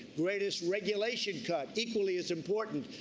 greatest regulation cut, equally as important,